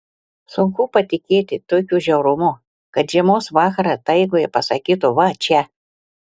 sunku patikėti tokiu žiaurumu kad žiemos vakarą taigoje pasakytų va čia